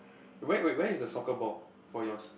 wait wait where is the soccer ball for yours